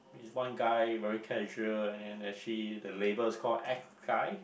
one guy very casual and then actually the label is called